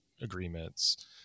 agreements